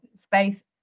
Space